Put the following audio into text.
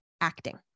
acting